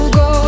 go